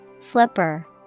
Flipper